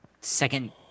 second